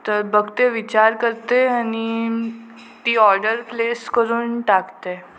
तर बघते विचार करते आणि ती ऑर्डर प्लेस करून टाकते